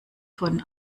von